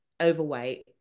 overweight